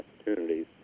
opportunities